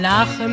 Lach